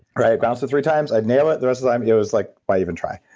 right? bounced it three times, i'd nail it. the rest of time yeah it was like, why even try?